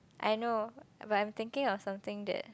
I know but I'm thinking of something that